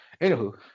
Anywho